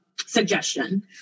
suggestion